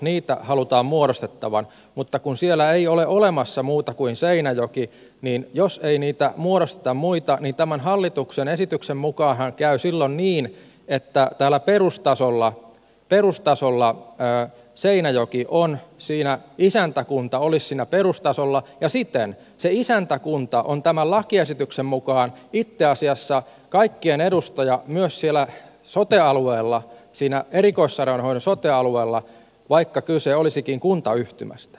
niitä halutaan muodostettavan mutta kun siellä ei ole olemassa muuta kuin seinäjoki niin jos ei niitä muodosteta muita niin tämän hallituksen esityksen mukaanhan käy silloin niin että täällä seinäjoki olisi isäntäkunta siinä perustasolla ja siten se isäntäkunta on tämän lakiesityksen mukaan itse asiassa kaikkien edustaja myös siellä erikoissairaanhoidon sote alueella vaikka kyse olisikin kuntayhtymästä